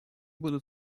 будут